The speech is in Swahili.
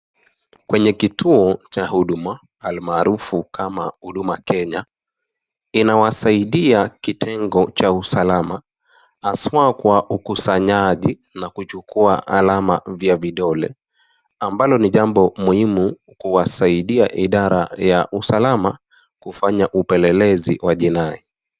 Kwenye kituo cha huduma, almaarufu kama Huduma Kenya, inawasaidia kitengo cha usalama, haswa kwa ukusanyaji na kuchukua alama vya vidole, ambalo ni jambo muhimu kuwasaidia idara ya usalama, kufanya upelelezi wa jinai.